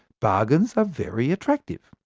bargains are very attractive.